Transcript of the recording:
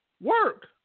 Work